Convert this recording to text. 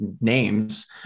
names